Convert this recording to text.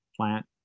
plant